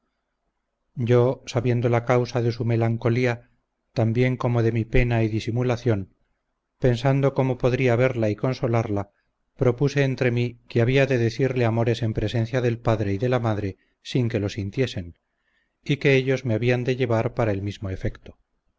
yo sabiendo la causa de su melancolía tan bien como de mi pena y disimulación pensando cómo podría verla y consolarla propuse entre mí que había de decirle amores en presencia del padre y de la madre sin que lo sintiesen y que ellos me habían de llevar para el mismo efecto